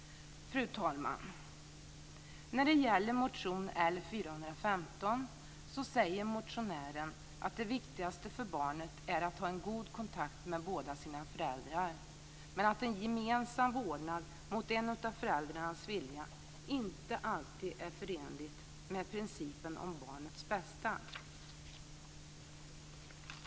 Fru talman! När det gäller motion L415 säger motionären att det viktigaste för barnet är att ha en god kontakt med båda sina föräldrar, men att en gemensam vårdnad mot en av föräldrarnas vilja inte alltid är förenligt med principen om barnets bästa.